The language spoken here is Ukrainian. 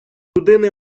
людини